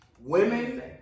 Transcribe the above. Women